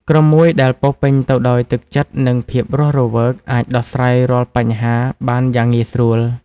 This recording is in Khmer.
ក្រុមមួយដែលពោរពេញទៅដោយទឹកចិត្តនិងភាពរស់រវើកអាចដោះស្រាយរាល់បញ្ហាបានយ៉ាងងាយស្រួល។